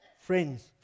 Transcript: Friends